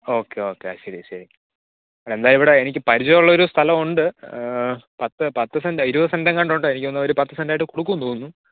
okay okay ശരി ശരി എന്നാൽ ഇവിടെ എനിക്ക് പരിചയമുള്ളൊരു സ്ഥലമുണ്ട് പത്ത് പത്ത് സെന്റോ ഇരുപത് സെൻറ്റെങ്ങാണ്ടുണ്ട് എനിക്ക് തോന്നുന്നു അവർ പത്ത് സെൻറ്റായിട്ട് കൊടുക്കുമെന്ന് തോന്നുന്നു